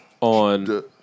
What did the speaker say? On